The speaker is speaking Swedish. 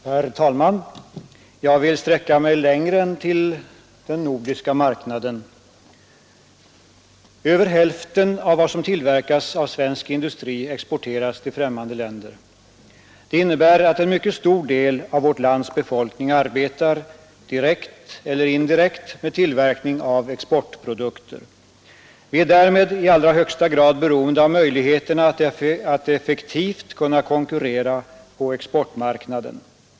Herr talman! Jag vill sträcka mig längre än till den nordiska marknaden. Över hälften av vad som tillverkas av svensk industri exporteras till främmande länder. Det innebär att en mycket stor del av vårt lands befolkning arbetar — direkt eller indirekt -- med tillverkning av exportprodukter. Vi är därmed i allra högsta grad beroende av möjligheterna att effektivt konkurrera på exportmarknaden.